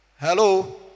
Hello